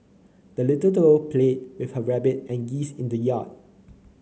the little doll played with her rabbit and geese in the yard